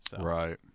Right